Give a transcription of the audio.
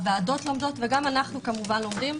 הוועדות לומדות וגם אנחנו לומדים,